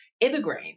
evergreen